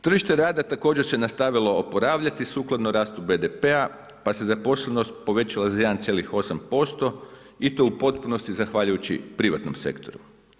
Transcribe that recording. Tržište rada također se nastavilo oporavljati sukladno rastu BDP-a pa se zaposlenost povećala za 1,8% i to u potpunosti zahvaljujući privatnom sektoru.